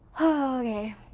okay